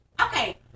okay